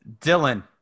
Dylan